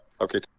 Okay